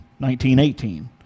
1918